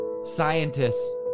scientists